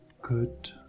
Good